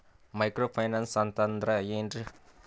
Micro finance ಅಂತಂದ್ರ ಏನ್ರೀ?